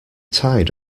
tide